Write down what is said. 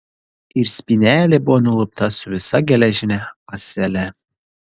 ir spynelė buvo nulupta su visa geležine ąsele